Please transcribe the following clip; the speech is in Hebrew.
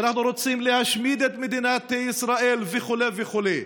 שאנחנו רוצים להשמיד את מדינת ישראל וכו' וכו'